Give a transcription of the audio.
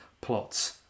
plots